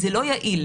זה לא יעיל.